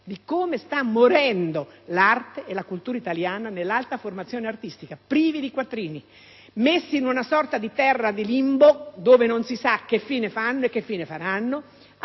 sul come stanno morendo l'arte e la cultura italiana nell'alta formazione artistica, prive di quattrini, messe in una sorta di limbo dove non si sa che fine faranno,